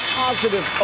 positive